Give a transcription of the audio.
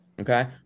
okay